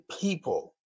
people